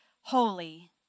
holy